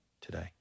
today